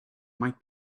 might